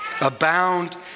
Abound